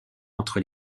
entre